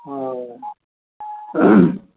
हँ